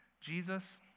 Jesus